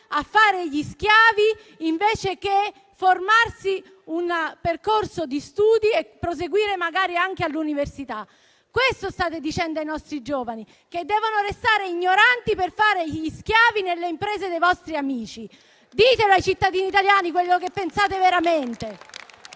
a fare gli schiavi, invece che formarsi in un percorso di studi e magari proseguire anche all'università. Ai nostri giovani state dicendo che devono restare ignoranti per fare gli schiavi nelle imprese dei vostri amici. Ditelo ai cittadini italiani quello che pensate veramente.